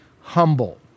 humble